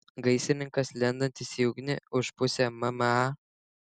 gaisrininkas lendantis į ugnį už pusę mma